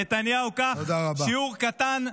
נתניהו, קח שיעור קטן לחיים: